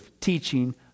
teaching